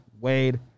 Wade